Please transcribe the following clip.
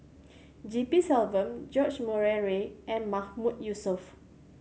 G P Selvam George Murray Reith and Mahmood Yusof